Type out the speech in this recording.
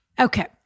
Okay